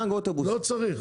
לא צריך.